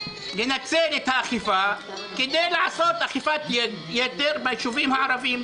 לנצל את האכיפה כדי לעשות אכיפת יתר ביישובים הערביים,